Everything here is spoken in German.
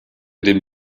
den